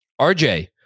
RJ